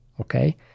okay